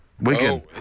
Wigan